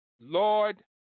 Lord